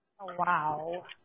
Wow